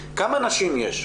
כמה נשים יש?